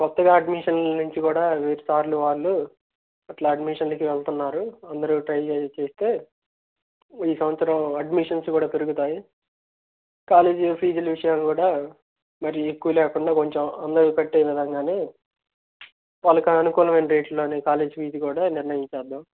కొత్తగా అడ్మిషన్ల నుంచి కూడా సార్లు వాళ్ళు అట్లా అడ్మిషన్లకు వెళ్తున్నారు అందరూ ట్రై చేసి చేస్తే ఈ సంవత్సరం అడ్మిషన్స్ కూడా పెరుగుతాయి కాలేజీ ఫీజుల విషయం కూడా మరి ఎక్కువ లేకుండా కొంచెం అందరు కట్టే విధంగానే వాళ్లకి అనుకూలమైన రేటులోనే కాలేజీ ఫీజు కూడా నిర్ణయించేద్దాం